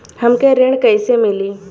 हमके ऋण कईसे मिली?